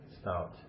start